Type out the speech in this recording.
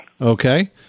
Okay